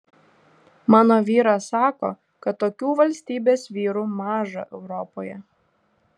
mano vyras sako kad tokių valstybės vyrų maža europoje